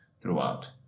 throughout